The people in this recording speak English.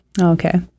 okay